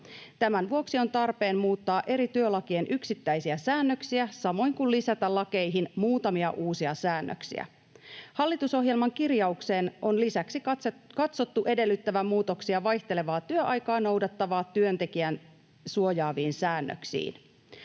Tämän vuoksi on tarpeen muuttaa eri työlakien yksittäisiä säännöksiä, samoin kuin lisätä lakeihin muutamia uusia säännöksiä. Hallitusohjelman kirjauksen on lisäksi katsottu edellyttävän muutoksia vaihtelevaa työaikaa noudattavaa työntekijää suojaaviin säännöksiin.